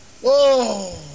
whoa